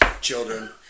children